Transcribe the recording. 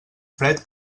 fred